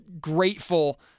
grateful